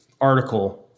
article